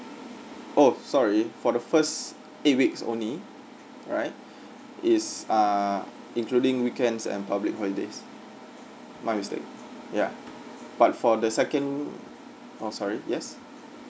oh sorry for the first eight weeks only alright it's ah including weekends and public holidays my mistake ya but for the second oh sorry yes